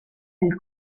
del